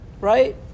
right